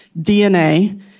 DNA